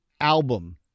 album